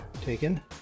taken